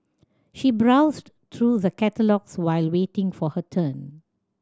she browsed through the catalogues while waiting for her turn